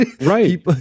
right